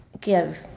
give